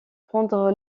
prendre